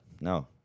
no